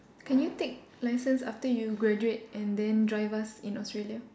can you take licence after you graduate and then drive us in Australia